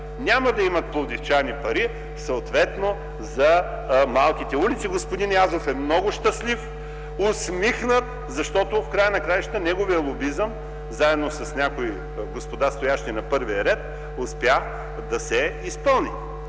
няма да имат пари за малките улици. Господин Язов е много щастлив, усмихнат, защото в края на краищата неговия лобизъм, заедно с някои господа, стоящи на първия ред, успя да се изпълни.